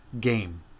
game